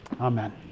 Amen